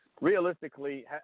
realistically